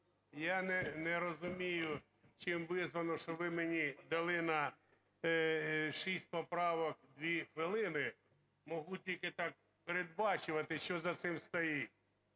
Я не розумію, чим визвано, що ви мені дали на 6 поправок 2 хвилини. Можу тільки так передбачувати, що за цим стоїть.